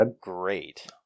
great